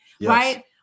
right